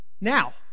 now